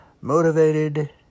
motivated